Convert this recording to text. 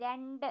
രണ്ട്